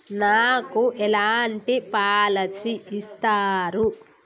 నాకు ఎలాంటి పాలసీ ఇస్తారు?